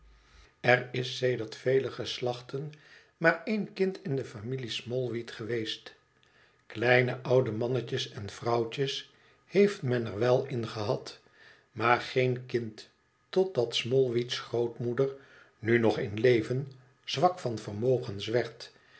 er is sedert vele geslachten maar één kind in de familie smallweed geweest kleine oude mannetjes en vrouwtjes heeft men er wel in gehad maar geen kind totdat smallweed's grootmoeder nu nog in leven zwak van vermogens